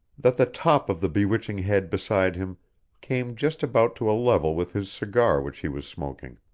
that the top of the bewitching head beside him came just about to a level with his cigar which he was smoking.